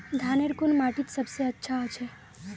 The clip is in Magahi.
धानेर कुन माटित सबसे अच्छा होचे?